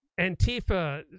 antifa